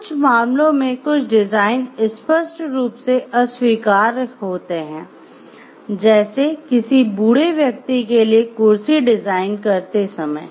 कुछ मामलों में कुछ डिज़ाइन स्पष्ट रूप से अस्वीकार्य होते हैं जैसे किसी बूढ़े व्यक्ति के लिए कुर्सी डिजाइन करते समय